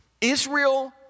Israel